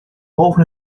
boven